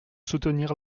soutenir